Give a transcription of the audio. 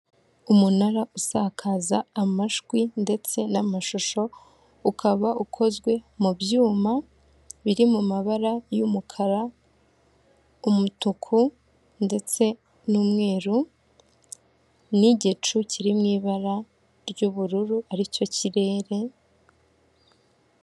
Umunara usakaza amajwi ndetse n'amashusho ukaba ukozwe mu byuma biri mu mabara y'umukara, umutuku ndetse n'umweru, n'igicu kiri mu ibara ry'ubururu ari cyo kirere.